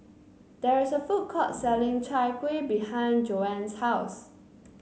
there is a food court selling Chai Kuih behind Joan's house